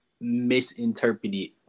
misinterpreted